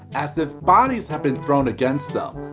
as if bodies had been thrown against them,